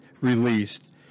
released